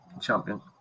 champion